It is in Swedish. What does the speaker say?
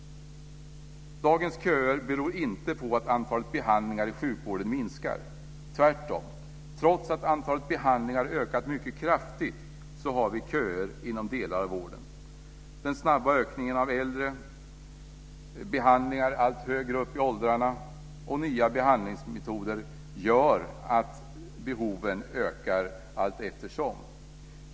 Dagens köer beror inte på att antalet behandlingar i sjukvården minskar, tvärtom. Trots att antalet behandlingar ökat mycket kraftigt har vi köer inom delar av vården. Den snabba ökningen av äldre, behandlingar allt högre upp i åldrarna och nya behandlingsmetoder gör att behoven ökar allteftersom.